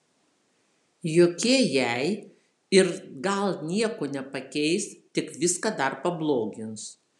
jokie jei ir gal nieko nepakeis tik viską dar pablogins